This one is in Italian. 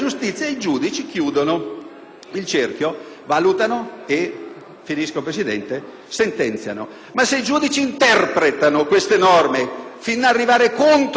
signora Presidente. Ma se i giudici interpretano queste norme fino ad arrivare contro il senso dei cittadini non vanificano tutto l'operato della catena